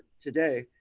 today.